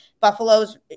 Buffalo's